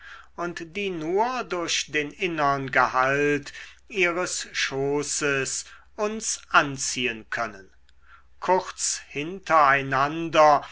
und die nur durch den innern gehalt ihres schoßes uns anziehen können kurz